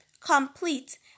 complete